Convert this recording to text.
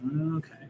Okay